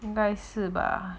应该是吧